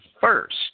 first